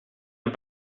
amb